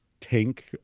tank